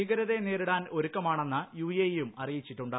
ഭീകരരെ നേരിടാൻ ഒരുക്കമാണെന്ന് യുഎഇയും അറിയിച്ചിട്ടുണ്ട്